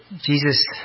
Jesus